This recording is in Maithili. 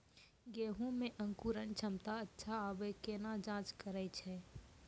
गेहूँ मे अंकुरन क्षमता अच्छा आबे केना जाँच करैय छै?